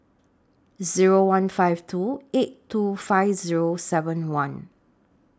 Zero one five two eight two five Zero seven one